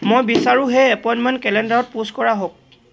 মই বিচাৰোঁ সেই এপইণ্টমেণ্ট কেলেণ্ডাৰত পোষ্ট কৰা হওক